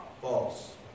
False